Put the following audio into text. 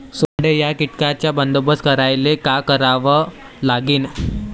सोंडे या कीटकांचा बंदोबस्त करायले का करावं लागीन?